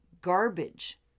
garbage